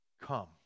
Come